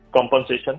compensation